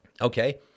Okay